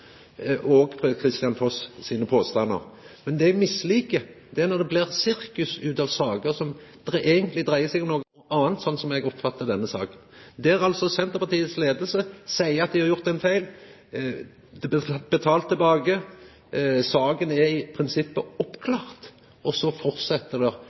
òg Per-Kristian Foss sine påstandar. Det eg misliker, er når det blir sirkus ut av saker som eigentleg dreier seg om noko anna, slik eg oppfattar denne saka. Senterpartiets leiing seier at dei har gjort ein feil. Pengane er betalt tilbake. Saka er i prinsippet